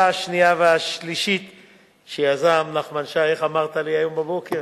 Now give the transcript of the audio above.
27), שיזם נחמן שי, איך אמרת לי היום בבוקר?